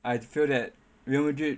I feel that Real Madrid